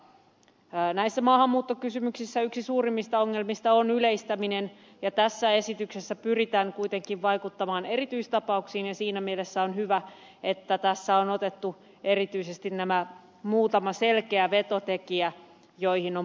näissä maahanmuuttokysymyksissä yksi suurimmista ongelmista on yleistäminen ja tässä esityksessä pyritään kuitenkin vaikuttamaan erityistapauksiin ja siinä mielessä on hyvä että tässä on otettu erityisesti nämä muutamat selkeät vetotekijät joihin on puututtu